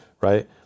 right